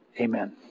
Amen